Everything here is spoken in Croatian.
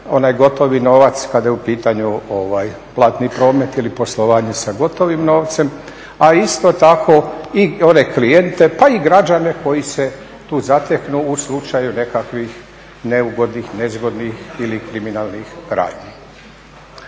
onaj gotovi novac kada je u pitanju ovaj platni promet ili poslovanje s gotovim novcem, a isto tako i one klijente pa i građane koji se tu zateknu u slučaju nekakvih neugodnih, nezgodnih ili kriminalnih radnji.